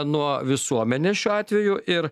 nuo visuomenės šiuo atveju ir